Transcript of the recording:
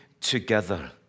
together